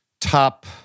top